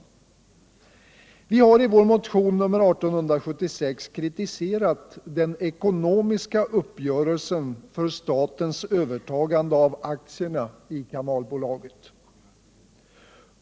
Vi har i vår motion nr 1876 kritiserat den ekonomiska uppgörelsen för statens övertagande av aktierna i kanalbolaget.